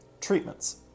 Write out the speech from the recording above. treatments